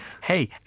Hey